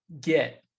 get